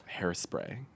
hairspray